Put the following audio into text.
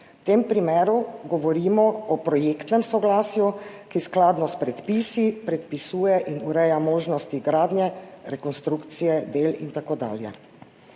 V tem primeru govorimo o projektnem soglasju, ki skladno s predpisi predpisuje in ureja možnosti gradnje, rekonstrukcije del in tako dalje.